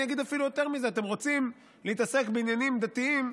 אני אגיד אפילו יותר מזה: אתם רוצים להתעסק בעניינים דתיים,